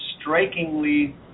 strikingly